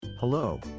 Hello